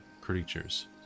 creatures